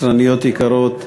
קצרניות יקרות,